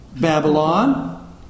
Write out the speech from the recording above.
Babylon